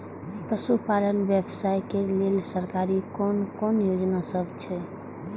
पशु पालन व्यवसाय के लेल सरकारी कुन कुन योजना सब छै?